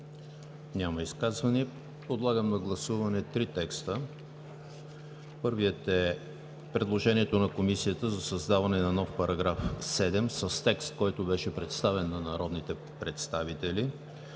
Няма. Подлагам на гласуване три текста. Първият е предложението на Комисията за създаване на нов § 7 с текст, който беше представен на народните представители;